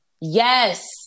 yes